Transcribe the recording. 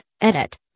edit